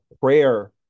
prayer